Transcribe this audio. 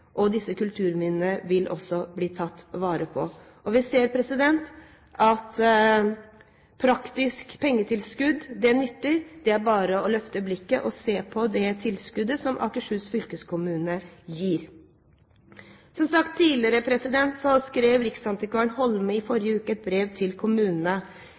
og de vil også bli tatt vare på. Vi ser at praktisk pengetilskudd nytter. Det er bare å løfte blikket og se på det tilskuddet som Akershus fylkeskommune gir. Som nevnt tidligere skrev riksantikvar Holme i forrige uke et brev til kommunene